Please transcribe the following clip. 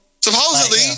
Supposedly